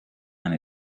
and